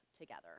together